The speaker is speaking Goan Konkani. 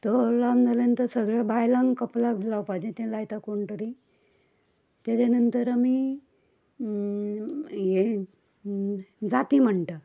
थंय व्होरो लावन जाल्या अंतर सगळ्या बायलांक कपलाक बी लावपाचें तें लायता कोण तरी ताजे नंतर आमी हें जाती म्हणटा